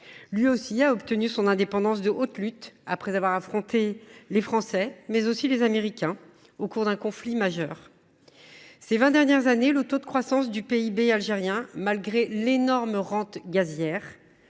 lui aussi a obtenu son indépendance de haute lutte, après avoir affronté non seulement les Français, mais aussi les Américains, au cours d’un conflit majeur. Or, au cours des vingt dernières années, le taux de croissance du PIB algérien a été, malgré l’énorme rente gazière,